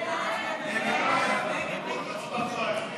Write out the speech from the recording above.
הצעת ועדת